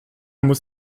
muss